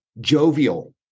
jovial